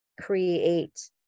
create